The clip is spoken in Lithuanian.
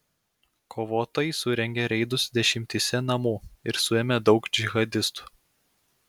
kovotojai surengė reidus dešimtyse namų ir suėmė daug džihadistų